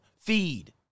feed